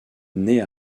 naît